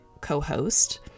co-host